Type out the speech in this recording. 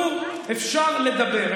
דברו, אפשר לדבר.